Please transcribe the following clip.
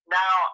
now